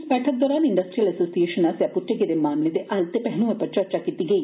इस बैठक दरान इंडस्ट्रीयल एसोसिएशन आस्सेआ पुट्टे गेदे मामले दे हल्ल ते पैहलुएं पर चर्चा कीती गेई